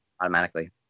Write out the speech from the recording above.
automatically